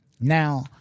Now